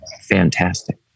fantastic